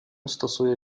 stosuje